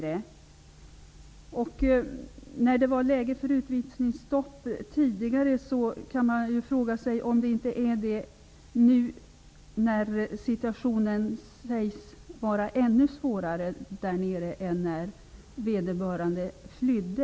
Eftersom det tidigare var läge för utvisningsstopp kan man fråga sig om det inte är det också nu när situationen där nere sägs vara ännu svårare än när vederbörande flydde.